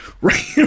right